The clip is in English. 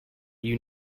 you